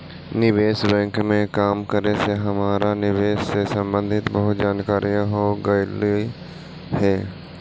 निवेश बैंक में काम करे से हमरा निवेश से संबंधित बहुत जानकारियाँ हो गईलई हे